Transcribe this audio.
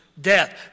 death